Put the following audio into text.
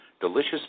delicious